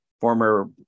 former